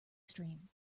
stream